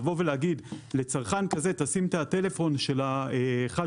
לבוא ולהגיד: לצרכן כזה תשים תא טלפון בשביל ה-1-800,